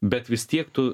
bet vis tiek tu